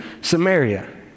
Samaria